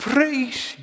Praise